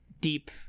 deep